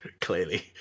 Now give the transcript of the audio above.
clearly